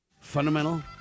fundamental